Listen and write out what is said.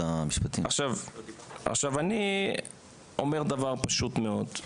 אני אומר דבר פשוט מאוד,